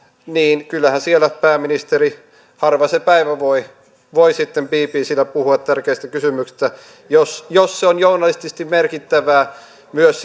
niin kyllähän siellä pääministeri harva se päivä voi voi bbcllä puhua tärkeistä kysymyksistä jos jos se on journalistisesti merkittävää myös